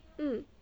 mm